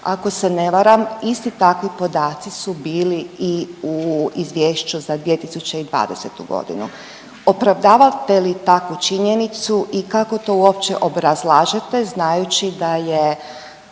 Ako se ne varam isti takvi podaci su bili i u Izvješću za 2020. godinu. Opravdavate li takvu činjenicu i kako to uopće obrazlažete znajući da je